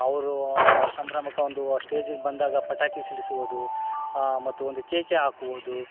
ಅವರ ಸಂಭ್ರಮಕ್ಕೆ ಒಂದು ಸ್ಟೇಜಿಗೆ ಬಂದಾಗ ಪಟಾಕಿ ಸಿಡಿಸುವುದು ಮತ್ತು ಒಂದು ಕೇಕೆ ಹಾಕುವುದು